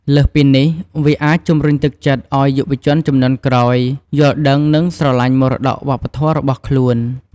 លើសពីនេះ វាអាច ជំរុញទឹកចិត្តឱ្យយុវជនជំនាន់ក្រោយ យល់ដឹង និងស្រឡាញ់មរតកវប្បធម៌របស់ខ្លួន។